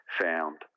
found